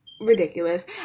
ridiculous